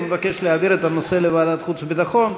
הוא מבקש להעביר את הנושא לוועדת החוץ והביטחון.